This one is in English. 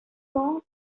song